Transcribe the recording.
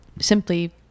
simply